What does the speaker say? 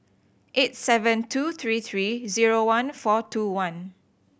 eight seven two three three zero one four two one